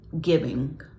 giving